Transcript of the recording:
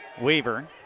Weaver